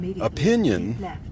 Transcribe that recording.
opinion